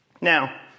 Now